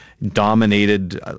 dominated